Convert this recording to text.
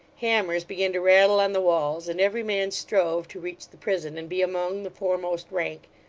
hammers began to rattle on the walls and every man strove to reach the prison, and be among the foremost rank.